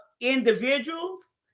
individuals